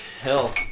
hell